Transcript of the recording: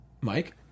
Mike